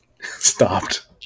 stopped